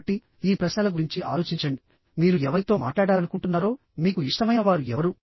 కాబట్టిఈ ప్రశ్నల గురించి ఆలోచించండిమీరు ఎవరితో మాట్లాడాలను కుంటున్నారో మీకు ఇష్టమైన వారు ఎవరు